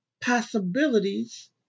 possibilities